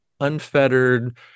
unfettered